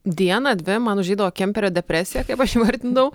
dieną dvi man užeidavo kemperio depresija kaip aš įvardindavau